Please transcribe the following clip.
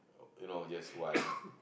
oh you know yes one